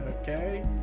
Okay